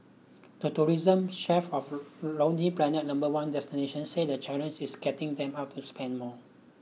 the tourism chief of Lonely Planet number one destination say the challenge is getting them out to spend more